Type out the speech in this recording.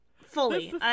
Fully